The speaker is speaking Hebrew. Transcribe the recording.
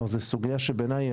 כלומר זו סוגייה שבעיני,